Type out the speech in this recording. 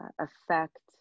affect